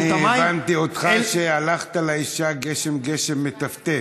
אני הבנתי אותך שהלכת לאישה "גשם גשם מטפטף".